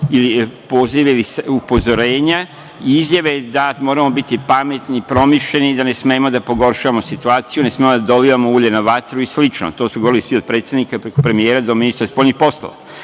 ili pozive ili upozorenja i izjave da moramo biti pametni, promišljeni da ne smemo da pogoršamo situaciju, ne smemo da dolivamo ulje na vatru i slično? To su govorili svi od predsednika, preko premijera, do ministra spoljnih poslova. Neki